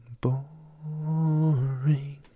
boring